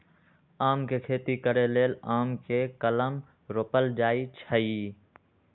आम के खेती करे लेल आम के कलम रोपल जाइ छइ